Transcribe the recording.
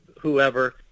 whoever